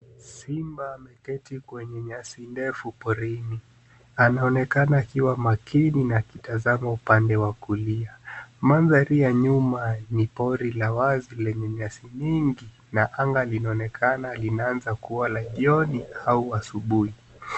Simba ameketi kwenye nyasi ndefu porini. Anaonekana akiwa makini na kitazama upande wa kulia. Mandhari ya nyuma ni pori la wazi lenye nyasi mingi na anga linaonekana linaanza kuwa la jioni au asubuhi.